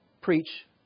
preach